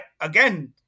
again